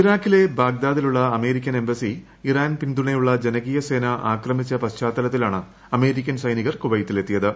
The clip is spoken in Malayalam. ഇറാക്കിലെ ബാഗ്ദാദിലുള്ള അമേരിക്കൻ എംബസി ഇറാൻ പിന്തുണയുള്ള ജനകീയ സേന ആക്രമിച്ച പശ്ചാത്തലത്തിലാണ് അമേരിക്കൻ സൈനികർ കുവൈറ്റിലെത്തിയത്